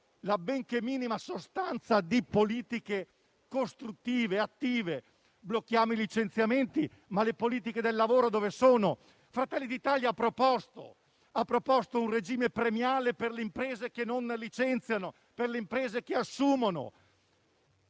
la benché minima sostanza di politiche costruttive attive? Blocchiamo i licenziamenti, ma dove sono le politiche del lavoro? Fratelli d'Italia ha proposto un regime premiale per le imprese che non licenziano e che assumono: